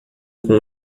com